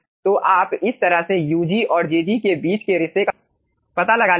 तो आप इस तरह से ug और jg के बीच के रिश्ते का पता लगा लेंगे